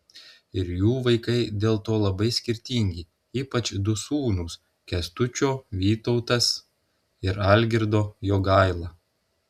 ir jų vaikai dėl to labai skirtingi ypač du sūnūs kęstučio vytautas ir algirdo jogaila